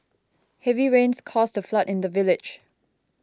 heavy rains caused a flood in the village